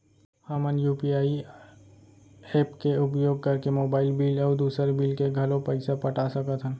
हमन UPI app के उपयोग करके मोबाइल बिल अऊ दुसर बिल के घलो पैसा पटा सकत हन